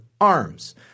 arms